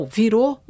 virou